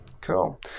Cool